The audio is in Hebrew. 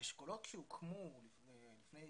האשכולות שהוקמו כבר לפני